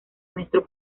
nuestro